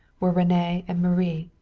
were rene and marie.